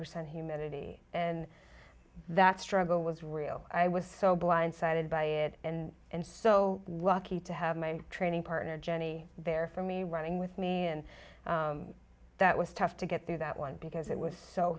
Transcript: percent humidity and that struggle was real i was so blindsided by it and and so lucky to have my training partner jenny there for me running with me and that was tough to get through that one because it was so